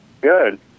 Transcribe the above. Good